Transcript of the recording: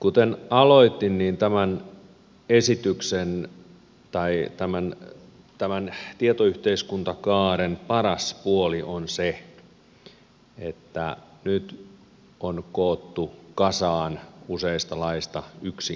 kuten aloitin niin tämän tietoyhteiskuntakaaren paras puoli on se että nyt on koottu kasaan useista laeista yksi iso kokonaisuus